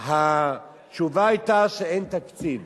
התשובה היתה שאין תקציב.